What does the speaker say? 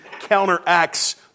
counteracts